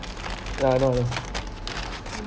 yeah I know